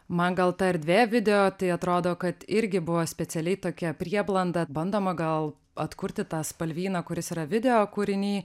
man gal ta erdvė video tai atrodo kad irgi buvo specialiai tokia prieblanda bandoma gal atkurti tą spalvyną kuris yra video kūriny